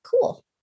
cool